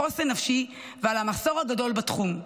בחוסן נפשי ועל המחסור הגדול בתחום.